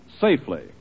safely